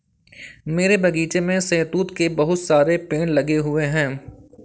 मेरे बगीचे में शहतूत के बहुत सारे पेड़ लगे हुए हैं